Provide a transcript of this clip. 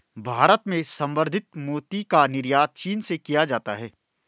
भारत में संवर्धित मोती का निर्यात चीन से किया जाता है